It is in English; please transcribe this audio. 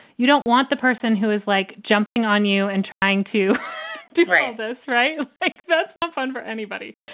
you don't want the person who is, like, jumping on you and trying to do grampa's right like that's not fun for anybody.